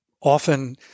often